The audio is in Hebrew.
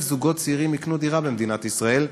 זוגות צעירים יקנו דירה במדינת ישראל,